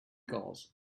gulls